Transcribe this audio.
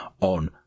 on